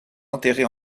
enterrée